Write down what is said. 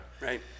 Right